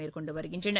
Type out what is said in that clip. மேற்கொண்டு வருகின்றன